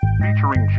featuring